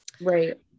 Right